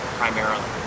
primarily